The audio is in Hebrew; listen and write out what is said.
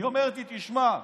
והיא אומרת לי: תשמע,